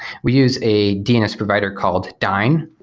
we use a dns provider called dyn.